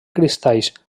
cristalls